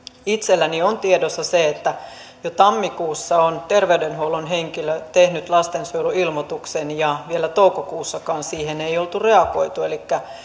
itselläni on tiedossa se että jo tammikuussa on terveydenhuollon henkilö tehnyt lastensuojeluilmoituksen ja vielä toukokuussakaan siihen ei oltu reagoitu elikkä